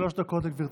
שלוש דקות לגברתי,